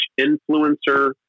influencer